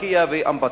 לקיה ואום-בטין.